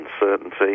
uncertainty